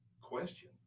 question